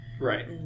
Right